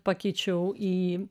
pakeičiau į